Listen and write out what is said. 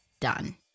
done